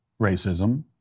racism